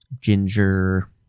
ginger